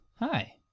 Hi